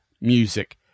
music